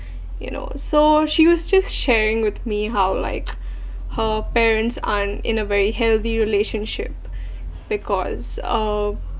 you know so she was just sharing with me how like her parents aren't in a very healthy relationship because uh